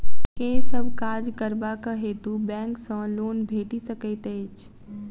केँ सब काज करबाक हेतु बैंक सँ लोन भेटि सकैत अछि?